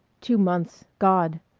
two months god!